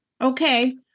Okay